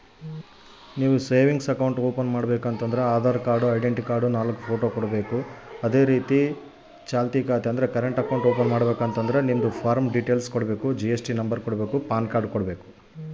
ನಾನು ಒಂದು ವೇಳೆ ಸೇವಿಂಗ್ಸ್ ಮತ್ತ ಕರೆಂಟ್ ಅಕೌಂಟನ್ನ ತೆಗಿಸಬೇಕಂದರ ಕೊಡಬೇಕಾದ ಕಾಗದ ಪತ್ರ ಏನ್ರಿ?